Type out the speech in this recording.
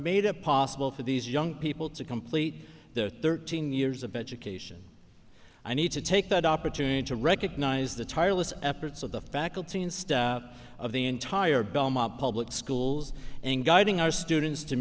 made it possible for these young people to complete their thirteen years of education i need to take that opportunity to recognize the tireless efforts of the faculty and staff of the entire belmont public schools and guiding our students to